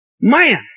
Man